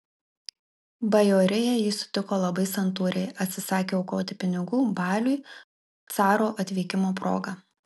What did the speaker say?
bajorija jį sutiko labai santūriai atsisakė aukoti pinigų baliui caro atvykimo proga